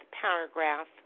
paragraph